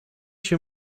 się